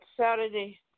Saturday